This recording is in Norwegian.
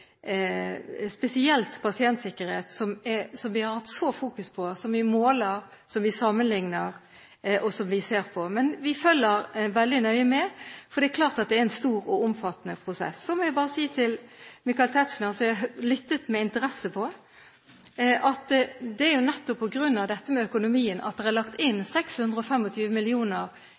spesielt pasientsikkerheten som vi har hatt så fokus på, og som vi måler, sammenligner og ser på. Men vi følger veldig nøye med, for det er klart at det er en stor og omfattende prosess. Så må jeg si til Michael Tetzschner, som jeg lyttet med interesse til, at det er jo nettopp på grunn av dette med økonomien at det er lagt inn 625 mill. kr i direkte omstillingsmidler, og